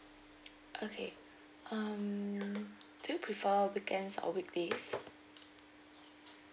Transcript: okay um do you prefer weekends or weekdays